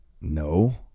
no